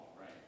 Right